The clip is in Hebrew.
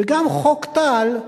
וגם חוק טל,